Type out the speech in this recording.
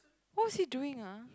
what was he doing ah